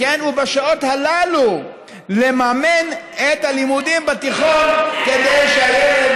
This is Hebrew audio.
ובשעות הללו לממן את הלימודים בתיכון כדי שהילד